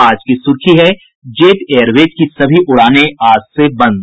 आज की सुर्खी है जेट एयरवेज की सभी उड़ानें आज से बंद